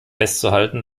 festzuhalten